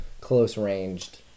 close-ranged